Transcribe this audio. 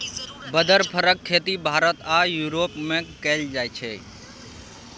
बदर फरक खेती भारत आ युरोप मे कएल जाइ छै